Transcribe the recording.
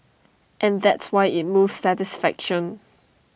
and that's why IT moves satisfaction